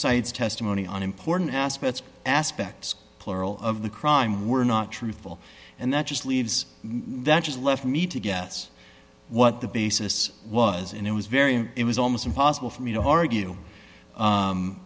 cites testimony on important aspects aspects plural of the crime were not truthful and that just leaves that just left me to guess what the basis was and it was very it was almost impossible for me to argue